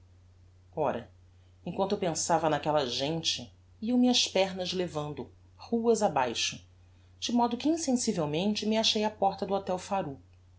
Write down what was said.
ora emquanto eu pensava naquella gente iam me as pernas levando ruas abaixo de modo que insensivelmente me achei á porta do hotel